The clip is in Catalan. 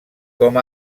com